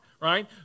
Right